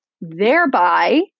thereby